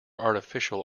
artificial